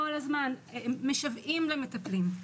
הם כל הזמן משוועים למטפלים.